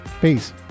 Peace